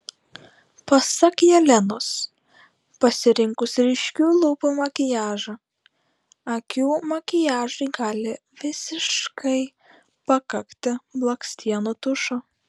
pasak jelenos pasirinkus ryškių lūpų makiažą akių makiažui gali visiškai pakakti blakstienų tušo